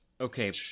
Okay